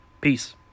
Peace